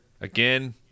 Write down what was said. again